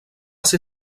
ser